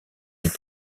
des